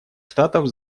штатов